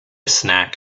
snack